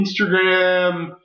Instagram